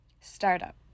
Startup